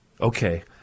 Okay